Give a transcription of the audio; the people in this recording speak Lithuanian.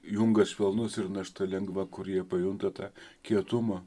jungas švelnus ir našta lengva kur jie pajunta tą kietumą